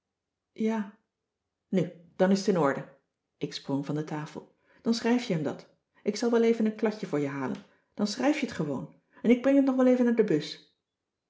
ja nu dan is t in orde ik sprong van de tafel dan schrijf je hem dat ik zal wel even een kladje voor je halen dan schrijf je t gewoon en ik breng t nog wel even naar de bus